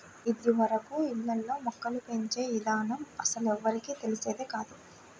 ఇదివరకు ఇళ్ళల్లో మొక్కలు పెంచే ఇదానం అస్సలెవ్వరికీ తెలిసేది కాదు